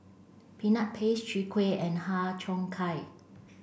peanut paste Chwee Kueh and Har Cheong Gai